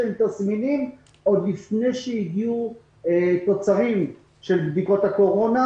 לתסמינים ועוד לא לפני שהגיעו תוצרים של בדיקות הקורונה,